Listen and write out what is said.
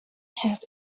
have